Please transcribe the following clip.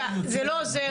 כי הם יודעים יותר.